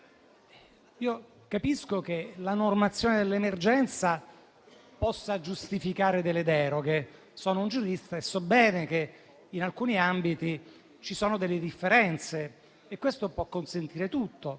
capisco che la normazione dell'emergenza possa giustificare delle deroghe. Sono un giurista e so bene che, in alcuni ambiti, ci sono delle differenze e che questo può consentire tutto.